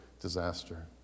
disaster